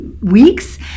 weeks